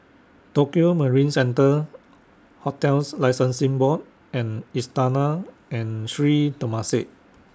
Tokio Marine Centre hotels Licensing Board and Istana and Sri Temasek